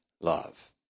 love